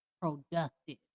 productive